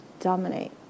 dominate